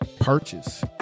Purchase